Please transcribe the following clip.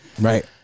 Right